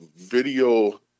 video